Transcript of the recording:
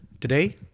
today